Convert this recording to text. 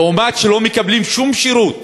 אף שהם לא מקבלים שום שירות